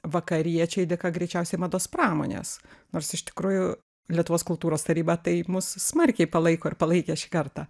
vakariečiai dėka greičiausiai mados pramonės nors iš tikrųjų lietuvos kultūros taryba tai mus smarkiai palaiko ir palaikė šį kartą